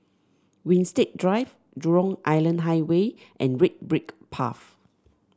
Winstedt Drive Jurong Island Highway and Red Brick Path